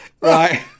Right